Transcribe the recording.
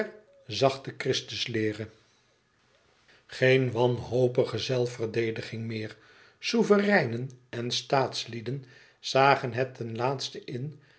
christus leere geen wanhopige zelfverdediging meer souvereinen en staats lieden zagen het ten laatste in